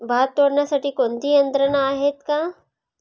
भात तोडण्यासाठी कोणती यंत्रणा आहेत का?